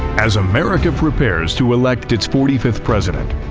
as america prepares to elect its forty fifth president,